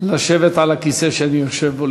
לשבת על הכיסא שאני יושב בו,